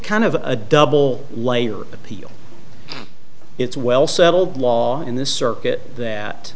kind of a double layer of appeal it's well settled law in this circuit that